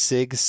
Sig